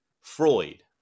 Freud